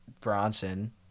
Bronson